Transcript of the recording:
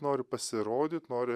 nori pasirodyt nori